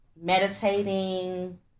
meditating